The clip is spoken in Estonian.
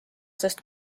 sest